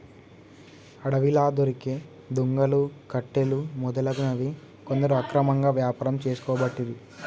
అడవిలా దొరికే దుంగలు, కట్టెలు మొదలగునవి కొందరు అక్రమంగా వ్యాపారం చేసుకోబట్టిరి